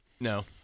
No